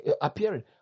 appearing